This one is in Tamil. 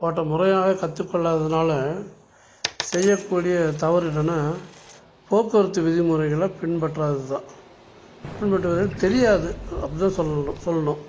ஓட்டுற முறையாக கற்றுக் கொள்ளாததுனால் செய்யக்கூடிய தவறு என்னென்னால் போக்குவரத்து விதிமுறைகளை பின்பற்றாதது தான் பின்பற்றுவது தெரியாது அப்படி தான் சொல்லணும் சொல்லணும்